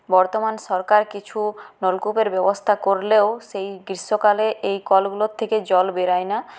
বর্তমান সরকার কিছু নলকূপের ব্যবস্থা করলেও সেই গ্রীষ্মকালে এই কলগুলোর থেকে জল বেরোয় না